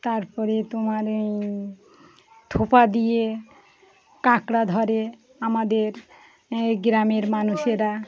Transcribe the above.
তারপরে তোমার এই থোপা দিয়ে কাঁকড়া ধরে আমাদের গ্রামের মানুষেরা